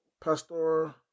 Pastor